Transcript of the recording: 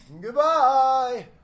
Goodbye